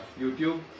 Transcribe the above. YouTube